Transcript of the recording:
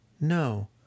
No